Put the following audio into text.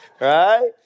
right